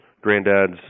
granddad's